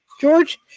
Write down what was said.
George